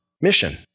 mission